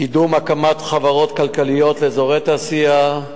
קידום הקמת חברות כלכליות לאזורי התעשייה,